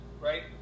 right